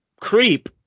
Creep